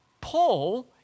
Paul